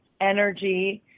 energy